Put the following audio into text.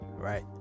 Right